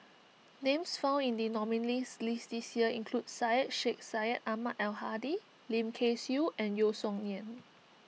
names found in the nominees' list this year include Syed Sheikh Syed Ahmad Al Hadi Lim Kay Siu and Yeo Song Nian